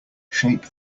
shape